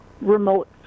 remote